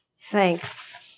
thanks